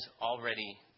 already